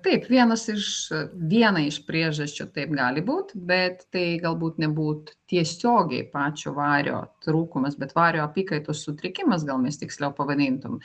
taip vienas iš vieną iš priežasčių taip gali būti bet tai galbūt nebūtų tiesiogiai pačio vario trūkumas bet vario apykaitos sutrikimas gal mes tiksliau pavadintum